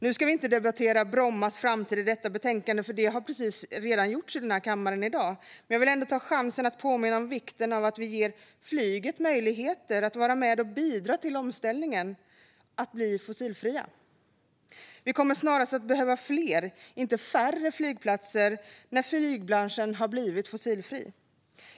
Vi ska inte debattera Bromma flygplats framtid nu, för det har just gjorts här i kammaren. Men jag vill ändå ta chansen att påminna om vikten av att ge flyget möjligheter att vara med och bidra i omställningen till fossilfritt. Vi kommer att behöva fler, inte färre, flygplatser när flygbranschen blivit fossilfri.